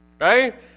Right